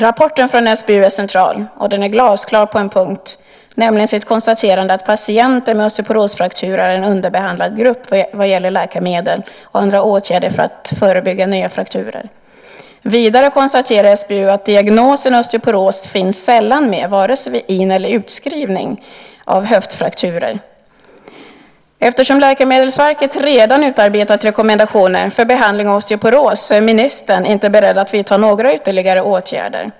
Rapporten från SBU är central, och den är glasklar på en punkt, nämligen när det gäller konstaterandet att patienter med osteoporosfrakturer är en underbehandlad grupp vad gäller läkemedel och andra åtgärder för att förebygga nya frakturer. Vidare konstaterar SBU att diagnosen osteoporos sällan finns med vare sig vid in eller utskrivning av höftfrakturpatienter. Eftersom Läkemedelsverket redan har utarbetat rekommendationer för behandling av osteoporos är ministern inte beredd att vidta några ytterligare åtgärder.